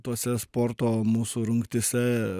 tose sporto mūsų rungtyse